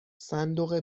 صندوق